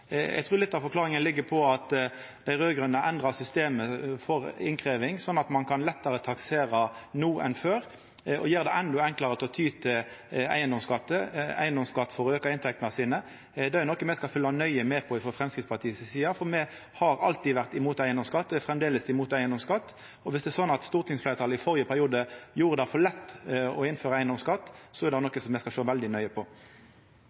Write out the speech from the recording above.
Eg trur litt av forklaringa ligg på at dei raud-grøne endra systemet for innkrevjing, slik at ein kan lettare taksera no enn før. Det gjer det endå enklare å ty til eigedomsskatt for å auka inntektene. Det er noko me skal følgja nøye med på frå Framstegspartiet si side, for me har alltid vore imot eigedomsskatt og er framleis imot det. Viss det er slik at stortingsfleirtalet i førre periode gjorde det for lett å innføra eigedomsskatt, er det noko me skal sjå veldig nøye på.